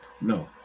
No